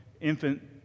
infant